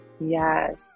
yes